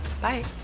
bye